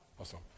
Awesome